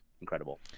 incredible